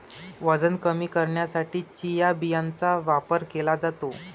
वजन कमी करण्यासाठी चिया बियांचा वापर केला जातो